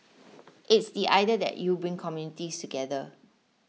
it's the idea that you bring communities together